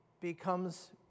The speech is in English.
becomes